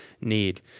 need